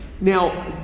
Now